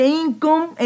income